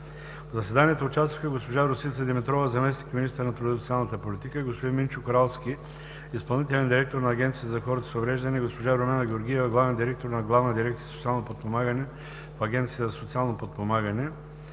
В заседанието участваха госпожа Росица Димитрова – заместник-министър на труда и социалната политика, господин Минчо Коралски – изпълнителен директор на Агенцията за хората с увреждания, госпожа Румяна Георгиева – главен директор на Главна дирекция „Социално подпомагане